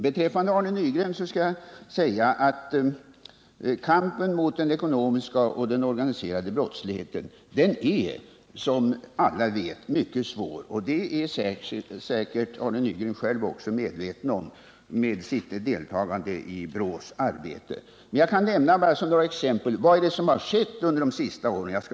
Beträffande Arne Nygren vill jag säga att kampen mot den ekonomiska och den organiserade brottsligheten, som alla vet, är mycket svår, och det är säkerligen Arne Nygen också själv medveten om genom sitt deltagande i BRÅ:s arbete. Låt mig bara som hastigast räkna upp några exempel på vad som har skett under de senaste åren.